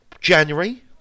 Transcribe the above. January